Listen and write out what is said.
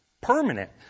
permanent